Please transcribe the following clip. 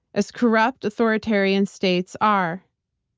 as corrupt authoritarian states are.